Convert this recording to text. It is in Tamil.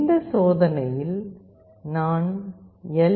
இந்த சோதனையில் நான் எல்